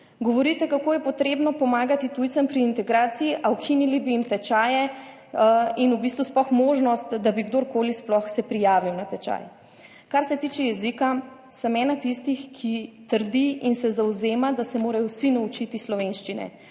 Govorite kako je potrebno pomagati tujcem pri integraciji, a ukinili bi jim tečaje in v bistvu sploh možnost, da bi kdorkoli sploh se prijavil na tečaj. Kar se tiče jezika, sem ena tistih, ki trdi in se zavzema, da se morajo vsi naučiti slovenščine.